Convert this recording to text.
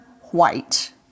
white